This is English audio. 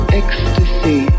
ecstasy